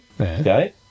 Okay